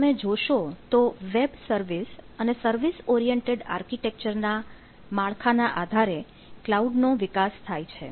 તો તમે જોશો તો વેબ સર્વિસ અને સર્વિસ ઓરિએન્ટેડ આર્કિટેક્ચર ના માળખા ના આધારે ક્લાઉડ નો વિકાસ થાય છે